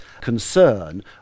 concern